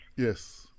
Yes